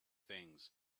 things